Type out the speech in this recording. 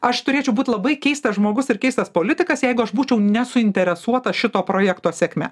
aš turėčiau būt labai keistas žmogus ir keistas politikas jeigu aš būčiau nesuinteresuota šito projekto sėkme